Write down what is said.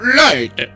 light